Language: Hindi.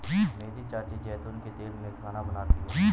मेरी चाची जैतून के तेल में खाना बनाती है